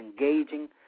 engaging